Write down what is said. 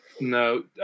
No